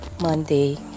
monday